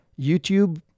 YouTube